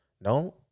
no